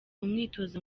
umwitozo